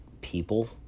people